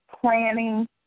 planning